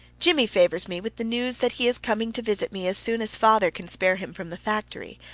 jimmie favors me with the news that he is coming to visit me as soon as father can spare him from the factory.